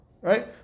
Right